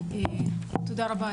תודה רבה,